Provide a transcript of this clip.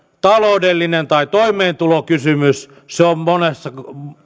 taloudellinen tai toimeentulokysymys se on monessa